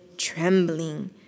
trembling